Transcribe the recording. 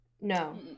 No